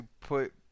put